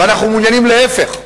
ואנחנו מעוניינים, להיפך,